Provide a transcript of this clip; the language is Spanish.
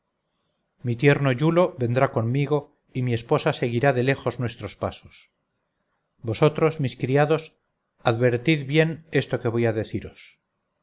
mi tierno iulo vendrá conmigo y mi esposa seguirá de lejos nuestros pasos vosotros mis criados advertid bien esto que voy a deciros a